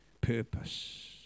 purpose